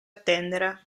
attendere